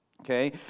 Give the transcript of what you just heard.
okay